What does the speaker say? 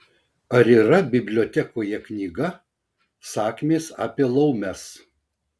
ar yra bibliotekoje knyga sakmės apie laumes